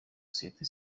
société